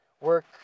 work